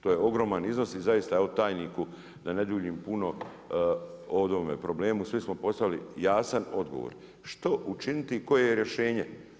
To je ogroman iznos i zaista tajniku da ne duljim puno o ovom problemu, svi smo poslali jasan odgovor, što učiniti i koje je rješenje?